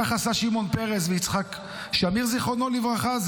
כך עשו שמעון פרס ויצחק שמיר זיכרונם לברכה.